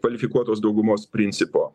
kvalifikuotos daugumos principo